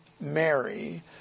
Mary